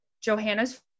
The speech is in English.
johanna's